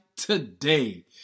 today